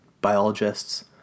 biologists